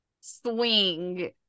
swing